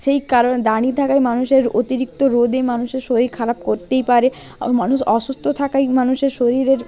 সেই কারণ দাঁড়িয়ে থাকায় মানুষের অতিরিক্ত রোদে মানুষের শরীর খারাপ করতেই পারে মানুষ অসুস্থ থাকায় মানুষের শরীরের